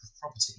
property